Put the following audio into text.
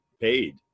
paid